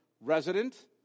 resident